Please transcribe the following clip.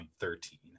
2013